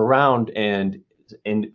around and